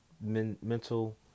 mental